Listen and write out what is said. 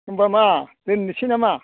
होनबा मा दोन्नोसै नामा